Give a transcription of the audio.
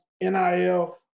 NIL